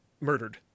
murdered